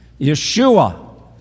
Yeshua